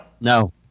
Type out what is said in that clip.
No